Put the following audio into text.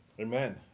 Amen